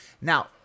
Now